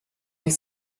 die